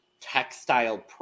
textile